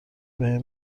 بهم